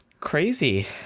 crazy